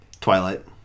Twilight